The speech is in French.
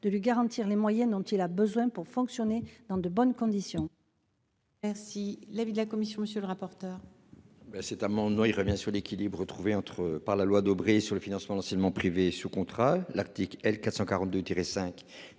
de lui garantir les moyens dont il a besoin pour fonctionner dans de bonnes conditions.